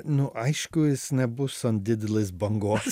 nu aišku jis nebus ant didelės bangos